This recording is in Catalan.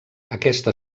aquesta